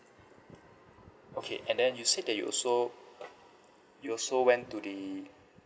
okay and then you said that you also you also went to the